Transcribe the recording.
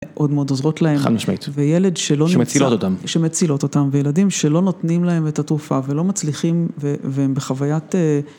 מאוד מאוד עוזרות להן. חד משמעות. וילד שלא... שמצילות אותם. שמצילות אותם, וילדים שלא נותנים להם את התרופה, ולא מצליחים, והם בחוויית